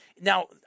now